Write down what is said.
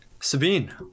Sabine